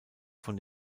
von